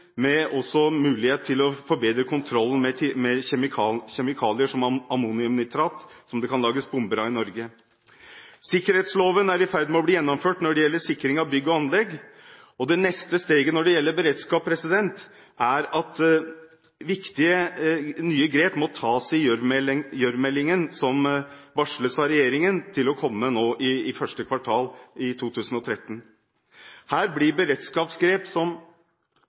med mulighet til å forbedre kontrollen med kjemikalier som ammoniumnitrat, som det kan lages bomber av. Sikkerhetsloven er i ferd med å bli gjennomført når det gjelder sikring av bygg og anlegg. Det neste steget når det gjelder beredskap, er at viktige nye grep må tas i meldingen om Gjørv-kommisjonens rapport, som regjeringen har varslet vil komme i første kvartal i 2013. Her blir beredskapsgrep som